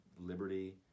liberty